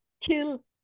kill